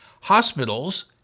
Hospitals